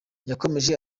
yakomeje